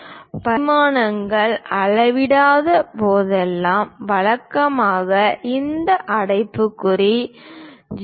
பரிமாணங்களை அளவிடாத போதெல்லாம் வழக்கமாக அந்த அம்புக்குறி 0